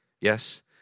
Yes